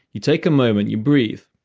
you take a moment, you breathe.